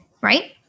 right